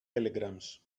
telegrams